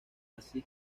así